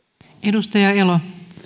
arvoisa